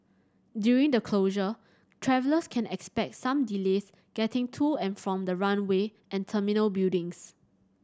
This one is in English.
during the closure travellers can expect some delays getting to and from the runway and terminal buildings